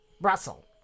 Brussels